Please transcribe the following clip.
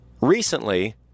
Recently